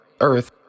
earth